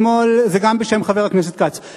זה גם בשמו של חבר הכנסת כץ.